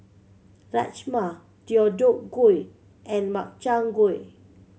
Rajma Deodeok Gui and Makchang Gui